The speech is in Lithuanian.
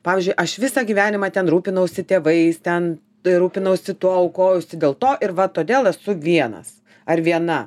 pavyzdžiui aš visą gyvenimą ten rūpinausi tėvais ten tai rūpinausi tuo aukojosi dėl to ir va todėl esu vienas ar viena